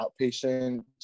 outpatient